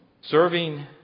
Serving